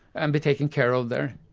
and be taken care of there,